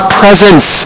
presence